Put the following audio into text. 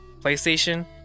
Playstation